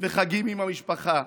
וחגים עם המשפחה,